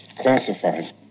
classified